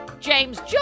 James